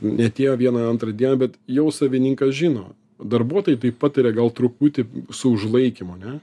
neatėjo vieną antrą dieną bet jau savininkas žino darbuotojai tai patiria gal truputį su užlaikymu ane